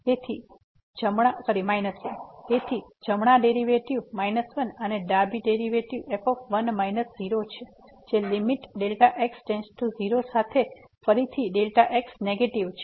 તેથી જમણા ડેરીવેટીવ 1 અને ડાબી ડેરીવેટીવ f છે જે લીમીટ x→0 સાથે ફરીથી x નેગેટીવ છે